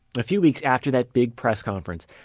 a few weeks after that big press conference,